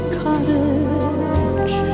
cottage